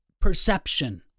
perception